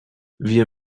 wir